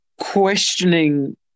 questioning